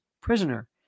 prisoner